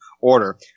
order